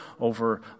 over